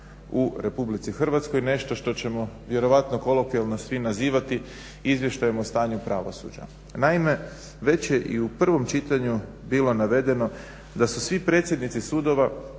u RH, nešto što ćemo vjerojatno kolokvijalno svi nazivati Izvještajem o stanju pravosuđa. Naime, već je i u prvom čitanju bilo navedeno da su svi predsjednici sudova,